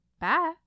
bye